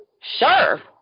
sure